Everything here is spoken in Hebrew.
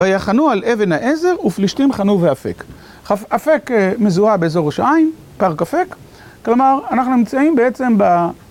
ויחנו על אבן העזר ופלישתים חנו ואפק, אפק מזוהה באזור ראש העין, פארק אפק כלומר אנחנו נמצאים בעצם